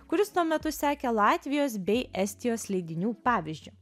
kuris tuo metu sekė latvijos bei estijos leidinių pavyzdžiu